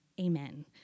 amen